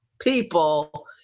people